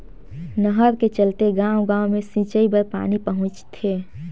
नहर के चलते गाँव गाँव मे सिंचई बर पानी पहुंचथे